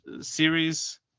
series